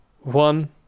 one